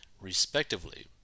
respectively